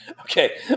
okay